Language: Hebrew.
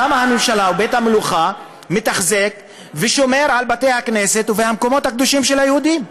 בית המלוכה מתחזק ושומר על בתי הכנסת והמקומות הקדושים של היהודים.